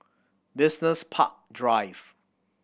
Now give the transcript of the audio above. Business Park Drive